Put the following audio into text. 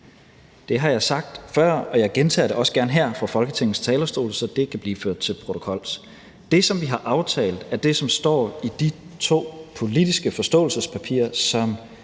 Det har jeg sagt før, og jeg gentager det også gerne her fra Folketingets talerstol, så det kan blive ført til protokols. Det, som vi har aftalt, er det, som står i de to politiske forståelsespapirer,